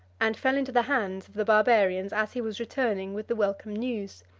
and fell into the hands of the barbarians as he was returning with the welcome news.